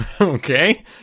Okay